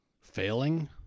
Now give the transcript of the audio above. failing